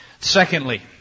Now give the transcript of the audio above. Secondly